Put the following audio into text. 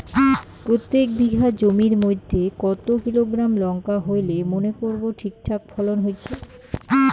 প্রত্যেক বিঘা জমির মইধ্যে কতো কিলোগ্রাম লঙ্কা হইলে মনে করব ঠিকঠাক ফলন হইছে?